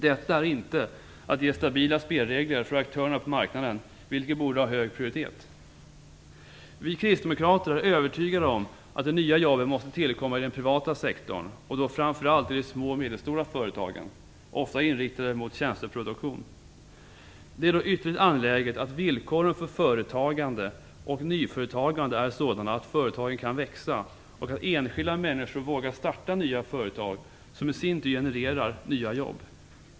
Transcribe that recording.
Detta är inte att ge stabila spelregler för aktörerna på marknaden, vilket borde ha hög prioritet. Vi kristdemokrater är övertygade om att de nya jobben måste tillkomma i den privata sektorn, och då framför allt i de små och medelstora företagen, ofta inriktade mot tjänsteproduktion. Det är då ytterligt angeläget att villkoren för företagande och nyföretagande är sådana att företagen kan växa och att enskilda människor vågar starta nya företag som i sin tur genererar nya jobb.